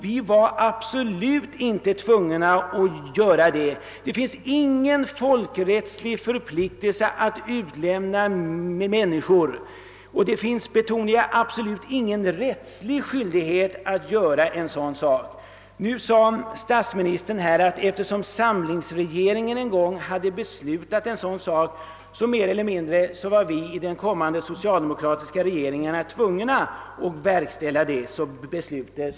Vi var absolut inte tvungna att göra det. Det finns ingen folkrättslig förpliktelse att utlämna människor och det finns — det betonar jag — absolut ingen rättslig skyldighet att göra en sådan sak. Nu sade statsministern, att eftersom samlingsregeringen en gång hade fattat ett sådant beslut, var den efterföljande socialdemokratiska regeringen tvungen att verkställa beslutet.